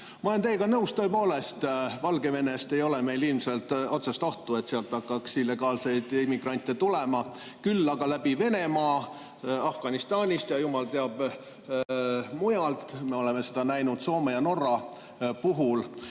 Ma olen teiega nõus, tõepoolest, Valgevenest ei ole meile ilmselt otsest ohtu, et sealt hakkaks illegaalseid immigrante tulema, küll aga läbi Venemaa Afganistanist ja jumal teab kust mujalt. Me oleme seda näinud Soome ja Norra puhul. Minu